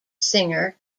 singer